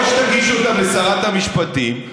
או שתגישו אותן לשרת המשפטים,